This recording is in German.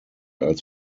als